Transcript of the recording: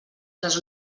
les